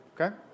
Okay